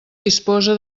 disposa